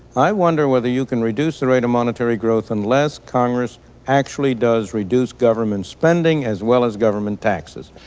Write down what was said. i wonder whether you can reduce the rate of monetary growth unless congress actually does reduce government spending as well as government taxes.